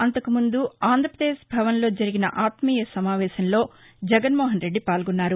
అంతకుముందు ఆంధ్రాప్రదేశ్ భవన్లో జరిగిన ఆత్మీయ సమావేశంలో జగన్నోహన్ రెడ్డి పాల్గొన్నారు